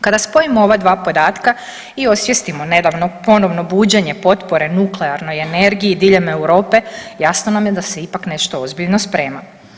Kada spojimo ova dva podatka i osvijestimo nedavno ponovno buđenje potpore nuklearnoj energiji diljem Europi, jasno nam je da se ipak nešto ozbiljno sprema.